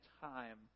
time